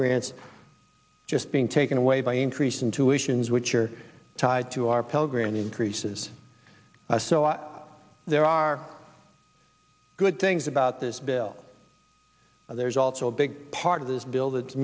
grants just being taken away by increasing tuitions which are tied to our pell grant increases so i there are good things about this bill but there's also a big part of this bill that's